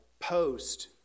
post